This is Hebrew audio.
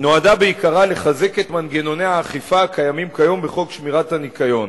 נועדה בעיקרה לחזק את מנגנוני האכיפה הקיימים כיום בחוק שמירת הניקיון,